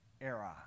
era